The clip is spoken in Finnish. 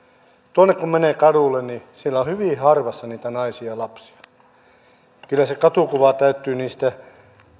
tuonne kun menee kadulle siellä on hyvin harvassa niitä naisia ja lapsia kyllä se katukuva täyttyy niistä